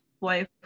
wife